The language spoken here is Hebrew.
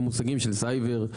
במושגים של סייבר,